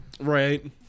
Right